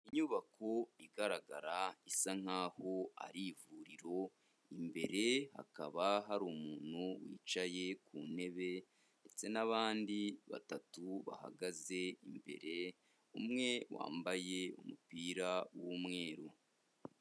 Inyubako igaragara isa nkaho ari ivuriro, imbere hakaba hari umuntu wicaye ku ntebe ndetse n'abandi batatu bahagaze imbere, umwe wambaye umupira w'umweru.